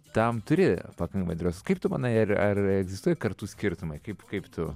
tam turi pakankamai drąsos kaip tu manai ar ar egzistuoja kartų skirtumai kaip kaip tu